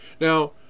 Now